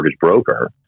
broker